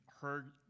heard